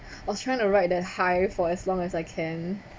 I was trying to ride that high for as long as I can